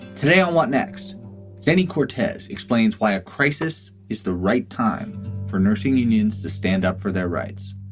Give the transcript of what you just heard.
today on what next jenny cortez explains why a crisis is the right time for nursing unions to stand up for their rights.